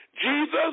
Jesus